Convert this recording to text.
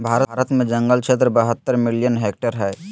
भारत में जंगल क्षेत्र बहत्तर मिलियन हेक्टेयर हइ